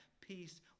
peace